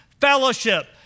Fellowship